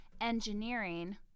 Engineering